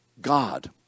God